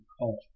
culture